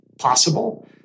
possible